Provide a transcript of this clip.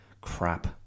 crap